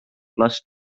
last